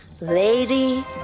lady